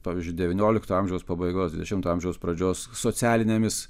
pavyzdžiui devyniolikto amžiaus pabaigos dvidešimto amžiaus pradžios socialinėmis